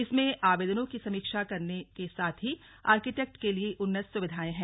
इसमें आवेदनों की समीक्षा करने साथ ही आर्किटेक्ट के लिए उन्नत सुविधाएं हैं